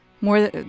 more